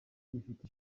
gifite